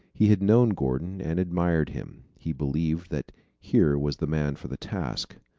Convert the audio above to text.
he had known gordon and admired him. he believed that here was the man for the task.